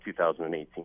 2018